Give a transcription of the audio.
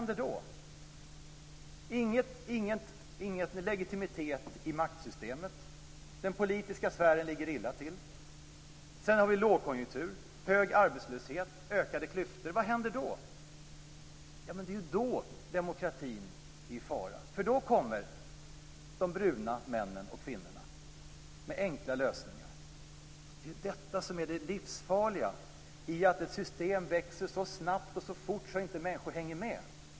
Den politiska sfären ligger illa till. Om vi sedan har lågkonjunktur, hög arbetslöshet, ökade klyftor - vad händer då? Det är ju då demokratin är i fara. Då kommer de bruna männen och kvinnorna med enkla lösningar. Det är ju detta som är det livsfarliga i att ett system växer så snabbt och så fort att människor inte hänger med.